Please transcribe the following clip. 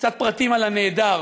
קצת פרטים על הנעדר: